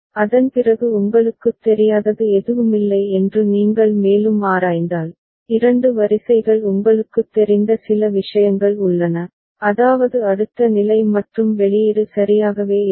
அதன்பிறகு உங்களுக்குத் தெரியாதது எதுவுமில்லை என்று நீங்கள் மேலும் ஆராய்ந்தால் இரண்டு வரிசைகள் உங்களுக்குத் தெரிந்த சில விஷயங்கள் உள்ளன அதாவது அடுத்த நிலை மற்றும் வெளியீடு சரியாகவே இருக்கும்